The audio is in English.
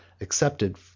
accepted